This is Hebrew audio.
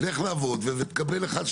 לך לעבוד ותקבל אחד,